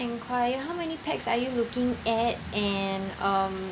enquire how many pax are you looking at and um